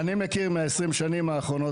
אני מכיר מהעשרים שנים האחרונות,